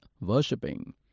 worshipping